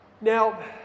Now